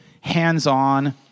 hands-on